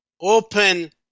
Open